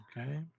Okay